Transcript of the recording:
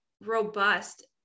robust